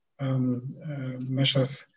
measures